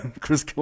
Chris